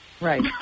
Right